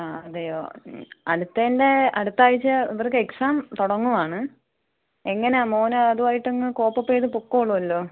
ആ അതെയോ അടുത്തതിൻ്റെ അടുത്ത ആഴ്ച ഇവർക്ക് എക്സാം തുടങ്ങുവാണ് എങ്ങനെയാണ് മോന് അതുമായിട്ടങ്ങ് കോപ്പ് അപ്പ് ചെയ്ത് പോയിക്കോളുമല്ലോ